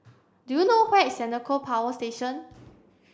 do you know where is Senoko Power Station